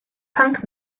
punk